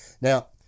Now